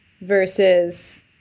versus